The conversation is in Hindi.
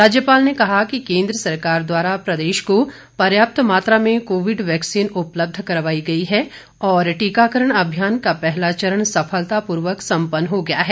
राज्यपाल ने कहा कि केन्द्र सरकार द्वारा प्रदेश को पर्याप्त मात्रा में कोविड वैक्सीन उपलब्ध करवाई गई है और टीकाकरण अभियान का पहला चरण सफलतापूर्वक सम्पन्न हो गया है